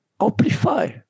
amplify